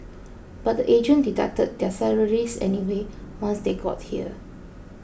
but the agent deducted their salaries anyway once they got here